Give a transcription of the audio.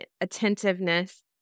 attentiveness